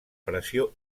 pressió